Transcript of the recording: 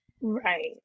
Right